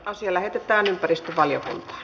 asia lähetettiin ympäristövaliokuntaan